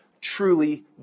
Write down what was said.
truly